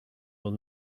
will